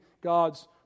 God's